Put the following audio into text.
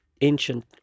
ancient